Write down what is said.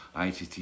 ITT